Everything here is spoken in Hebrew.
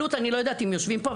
אלו"ט אני לא יודעת אם יושבים פה,